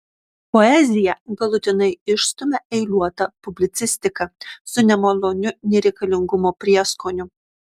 poeziją galutinai išstumia eiliuota publicistika su nemaloniu nereikalingumo prieskoniu